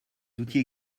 outils